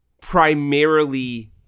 primarily